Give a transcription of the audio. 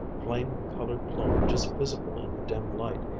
flame-colored plume just visible in the dim light,